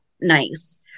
nice